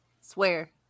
Swear